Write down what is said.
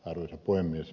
arvoisa puhemies